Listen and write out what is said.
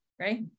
right